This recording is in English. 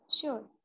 Sure